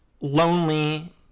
lonely